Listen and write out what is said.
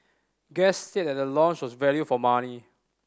guests said the lounge was value for money